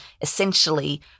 essentially